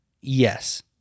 Yes